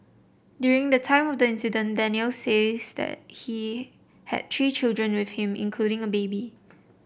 during the time of the incident Daniel says that he had three children with him including a baby